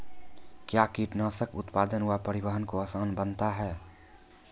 कया कीटनासक उत्पादन व परिवहन को आसान बनता हैं?